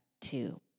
two